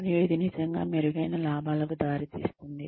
మరియు ఇది నిజంగా మెరుగైన లాభాలకు దారి తీస్తుంది